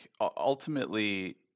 ultimately